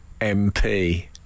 MP